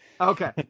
Okay